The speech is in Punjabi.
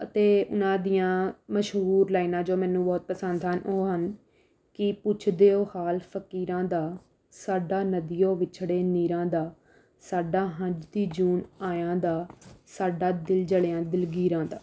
ਅਤੇ ਉਨ੍ਹਾਂ ਦੀਆਂ ਮਸ਼ਹੂਰ ਲਾਈਨਾਂ ਜੋ ਮੈਨੂੰ ਬਹੁਤ ਪਸੰਦ ਹਨ ਉਹ ਹਨ ਕੀ ਪੁੱਛਦਿਉ ਹਾਲ ਫ਼ਕੀਰਾਂ ਦਾ ਸਾਡਾ ਨਦੀਓਂ ਵਿਛੜੇ ਨੀਰਾਂ ਦਾ ਸਾਡਾ ਹੰਝ ਦੀ ਜੂਨੇ ਆਇਆਂ ਦਾ ਸਾਡਾ ਦਿਲ ਜਲਿਆਂ ਦਿਲਗੀਰਾਂ ਦਾ